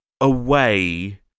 away